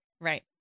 right